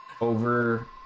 Over